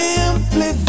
Simply